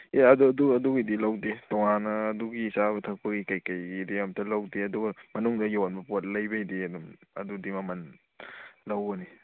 ꯑꯦ ꯑꯗꯨ ꯑꯗꯨꯒꯤꯗꯤ ꯂꯧꯗꯦ ꯇꯣꯉꯥꯟꯅ ꯑꯗꯨꯒꯤ ꯆꯥꯕ ꯊꯛꯄꯒꯤ ꯀꯩꯀꯩꯒꯤꯗꯤ ꯑꯝꯇ ꯂꯧꯗꯦ ꯑꯗꯨꯒ ꯃꯅꯨꯡꯗ ꯌꯣꯟꯕ ꯄꯣꯠ ꯂꯩꯕꯩꯗꯤ ꯑꯗꯨꯝ ꯑꯗꯨꯗꯤ ꯃꯃꯟ ꯂꯧꯒꯅꯤ